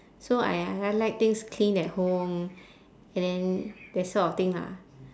so I I like things clean at home and then that sort of thing lah